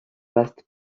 vaste